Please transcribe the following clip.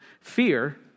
Fear